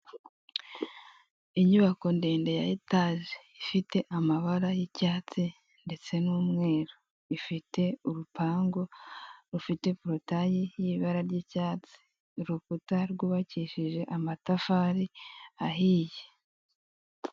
Inyubako ndende ya etaje ifite amabara y'icyatsi ndetse n'umweru ifite urupangu rufite porotayi y'ibara ry'icyatsi urukuta rwubakishije amatafari ahiye.